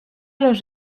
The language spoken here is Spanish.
los